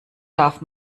darf